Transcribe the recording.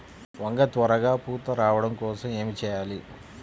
వంగ త్వరగా పూత రావడం కోసం ఏమి చెయ్యాలి?